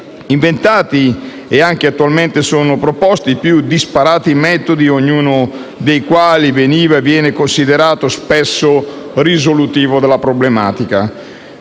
inventati e attualmente sono proposti i più disparati metodi, ognuno dei quali veniva e viene considerato spesso risolutivo della problematica.